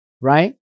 right